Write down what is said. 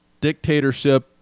dictatorship